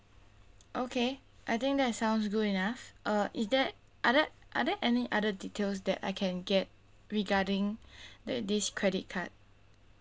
okay I think that sounds good enough uh is there are there are there any other details that I can get regarding the this credit card